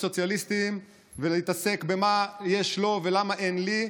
סוציאליסטיים ולהתעסק במה יש לו ולמה אין לי,